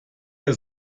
der